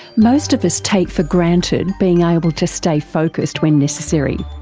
most of us take for granted being able to stay focussed when necessary,